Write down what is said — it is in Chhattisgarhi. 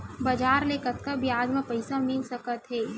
बजार ले कतका ब्याज म पईसा मिल सकत हे?